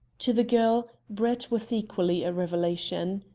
to the girl, brett was equally a revelation.